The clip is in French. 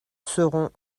seront